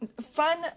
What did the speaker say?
fun